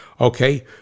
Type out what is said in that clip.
okay